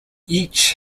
each